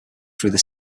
through